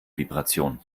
vibration